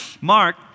Mark